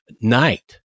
night